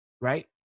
right